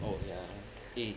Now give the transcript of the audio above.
oh ya eh